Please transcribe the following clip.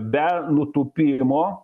be nutūpimo